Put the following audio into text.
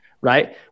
Right